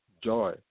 joy